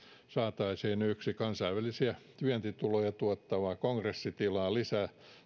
saataisiin yksi kansainvälisiä vientituloja tuottava kongressitila lisää